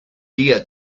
día